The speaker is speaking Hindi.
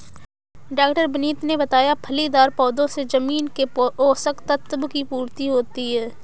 डॉ विनीत ने बताया फलीदार पौधों से जमीन के पोशक तत्व की पूर्ति होती है